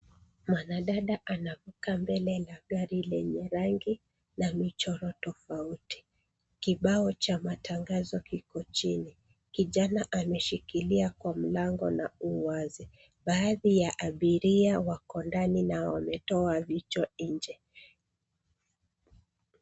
Mwanadada anavuka mbele na gari lenye rangi na michoro tofauti. Kibao cha matangazo kiko chini. Kijana ameshikilia kwa mlango na uwazi. Baadhi ya abiria wako ndani na wametoa vichwa nje.